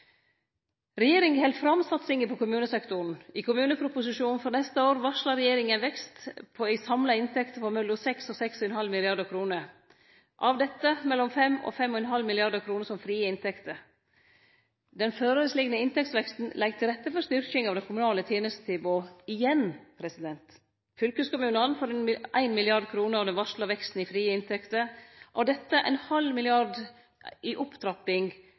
Regjeringa held fram satsinga på kommunesektoren. I kommuneproposisjonen for neste år varslar regjeringa vekst i samla inntekter på mellom 6 mrd. kr og 6,5 mrd. kr – av dette mellom 5 mrd. kr og 5,5 mrd. kr som frie inntekter. Den føreslegne inntektsveksten legg til rette for styrking av det kommunale tenestetilbodet – igjen. Fylkeskommunane får 1 mrd. kr av den varsla veksten i frie inntekter, og dette er 0,5 mrd. kr i opptrapping